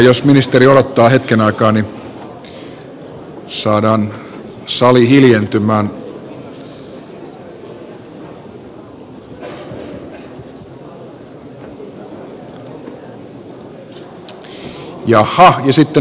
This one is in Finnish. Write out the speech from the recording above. jos ministeri odottaa hetken aikaa niin että saadaan sali hiljentymään